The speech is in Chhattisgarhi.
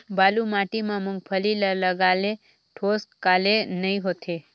बालू माटी मा मुंगफली ला लगाले ठोस काले नइ होथे?